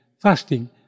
fasting